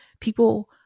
People